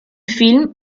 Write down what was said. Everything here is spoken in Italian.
film